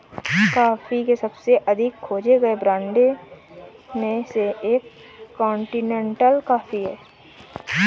coffee के सबसे अधिक खोजे गए ब्रांडों में से एक कॉन्टिनेंटल कॉफ़ी है